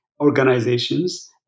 organizations